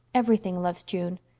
everything loves june.